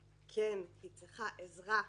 כן, היא צריכה עזרה.